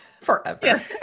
forever